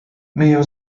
myję